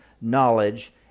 knowledge